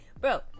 bro